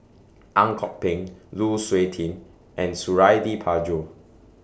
Ang Kok Peng Lu Suitin and Suradi Parjo